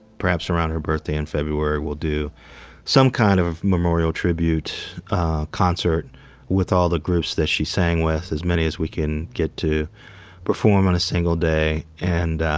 perhaps around her birthday in february, we'll do some kind of memorial tribute concert with all the groups that she sang with, as many as we can get to perform on a single day, and